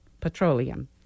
petroleum